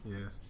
Yes